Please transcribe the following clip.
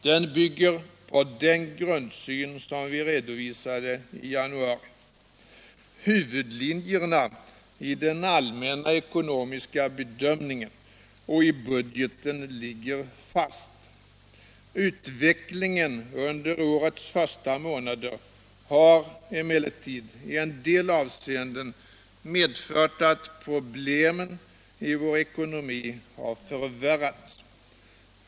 Den bygger på den grundsyn som vi redovisade i januari. Huvudlinjerna i den allmänna ekonomiska bedömningen och i budgeten ligger fast. Utvecklingen under årets första månader har emellertid i en del avseenden medfört att problemen i vår ekonomi har förvärrats.